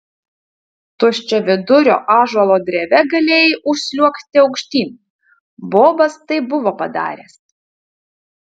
tuščiavidurio ąžuolo dreve galėjai užsliuogti aukštyn bobas tai buvo padaręs